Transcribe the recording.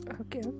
Okay